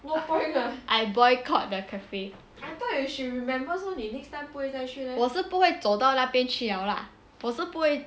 I boycott the cafe 我是不会走到那边去了我是不会